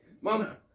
Mama